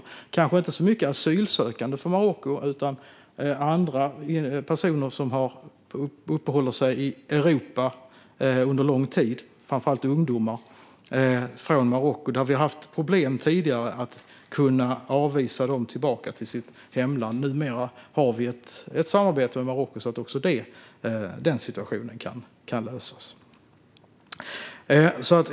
Men det har kanske inte handlat så mycket om asylsökande från Marocko utan om andra personer från Marocko som uppehåller sig i Europa under lång tid - framför allt ungdomar. Vi har tidigare haft problem att avvisa dem tillbaka till deras hemland. Numera har vi ett samarbete med Marocko, så att också den situationen kan lösas.